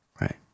Right